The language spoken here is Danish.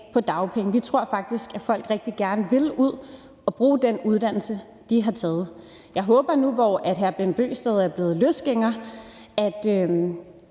på dagpenge. Vi tror faktisk, at folk rigtig gerne vil ud at bruge den uddannelse, de har taget. Jeg håber nu, hvor hr. Bent Bøgsted er blevet løsgænger, at